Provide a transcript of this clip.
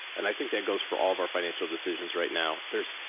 and i think that goes for all of our financial decisions right now. there's,